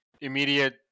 immediate